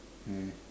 meh